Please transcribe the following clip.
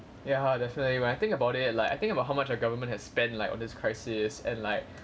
ya definitely when I think about it like I think about how much our government has spent like on this crisis and like